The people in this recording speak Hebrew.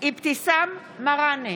אבתיסאם מראענה,